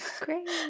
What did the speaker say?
Great